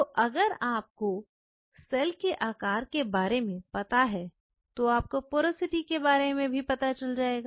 तो अगर आपको सेल के आकार के बारे में पता है तो आपको पोरोसिटी के बारे में भी पता चल जाएगा